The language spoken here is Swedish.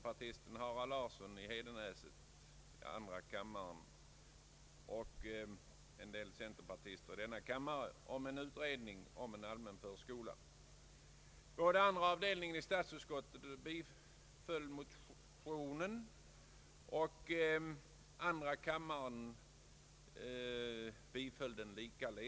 partisten Harald Larsson i Hedenäset i andra kammaren tillsammans med några centerpartister i denna kammare om en utredning om allmän förskola. Andra avdelningen i statsutskottet liksom riksdagens kamrar biträdde detta förslag.